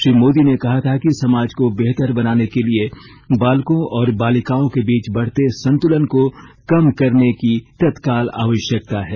श्री मोदी ने कहा था कि समाज को बेहतर बनाने के लिए बालकों और बालिकाओं के बीच बढते संतुलन को कम करने की तत्काल आवश्याकता है